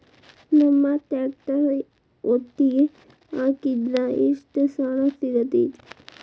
ನಮ್ಮ ಟ್ರ್ಯಾಕ್ಟರ್ ಒತ್ತಿಗೆ ಹಾಕಿದ್ರ ಎಷ್ಟ ಸಾಲ ಸಿಗತೈತ್ರಿ?